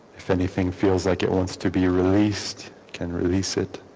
if anything feels like it wants to be released can release it